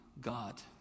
God